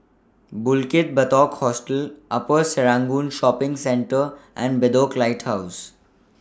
Bukit Batok Hostel Upper Serangoon Shopping Centre and Bedok Lighthouse